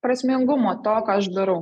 prasmingumo to ką aš darau